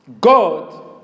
God